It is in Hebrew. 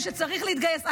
מי שצריך להתגייס,